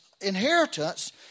inheritance